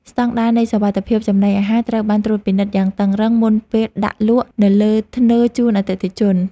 ស្តង់ដារនៃសុវត្ថិភាពចំណីអាហារត្រូវបានត្រួតពិនិត្យយ៉ាងតឹងរ៉ឹងមុនពេលដាក់លក់នៅលើធ្នើរជូនអតិថិជន។